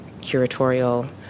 curatorial